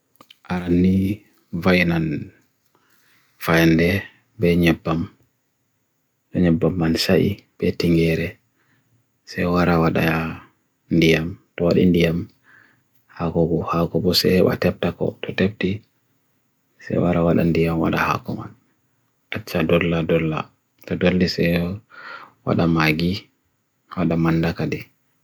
arani vayinan fayende be nyepam, nyepam man sayi betingere se warawada ya ndiyam, tuwad ndiyam, hakobu, hakobu se wa tepta ko, to tepti se warawada ndiyam wada hakoman, atja dulla, dulla, taduli se wada magi, wada mandakade.